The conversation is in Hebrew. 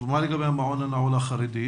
ומה לגבי המעון הנעול החרדי?